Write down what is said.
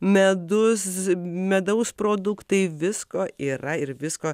medus medaus produktai visko yra ir visko